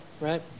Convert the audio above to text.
right